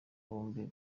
bombi